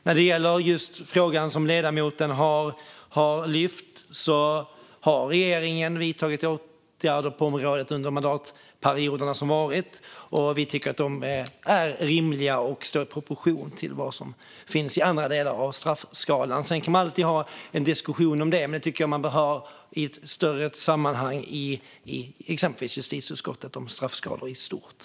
När det gäller frågan som ledamoten har lyft upp har regeringen vidtagit åtgärder på området under de gångna mandatperioderna, och vi tycker att de är rimliga och står i proportion till vad som finns i andra delar av straffskalan. Sedan kan man alltid ha diskussioner om detta, men de bör hållas i ett större sammanhang om straffskalor i stort i exempelvis justitieutskottet.